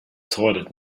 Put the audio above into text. toilet